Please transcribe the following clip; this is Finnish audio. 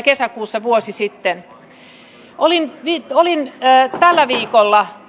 kesäkuussa vuosi sitten olin tällä viikolla